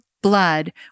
blood